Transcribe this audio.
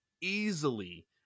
easily